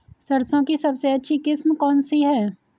सरसों की सबसे अच्छी किस्म कौन सी है?